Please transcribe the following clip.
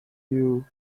you